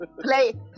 play